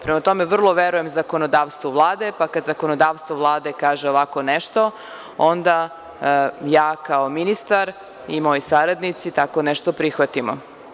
Prema tome, vrlo verujem zakonodavstvu Vlade, pa kada zakonodavstvo Vlade kaže ovako nešto, onda ja kao ministar i moji saradnici tako nešto prihvatimo.